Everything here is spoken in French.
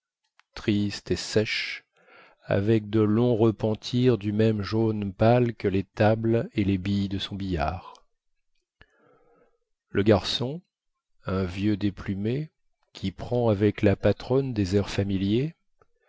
triste et sèche avec de longs repentirs du même jaune pâle que les tables et les billes de son billard le garçon un vieux déplumé qui prend avec la patronne des airs familiers